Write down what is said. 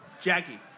Jackie